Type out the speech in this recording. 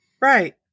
Right